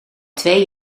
twee